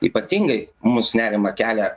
ypatingai mums nerimą kelia